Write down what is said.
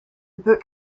book